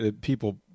people